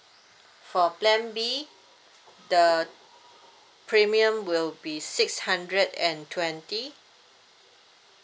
for plan B the premium will be six hundred and twenty